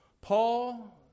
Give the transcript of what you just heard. Paul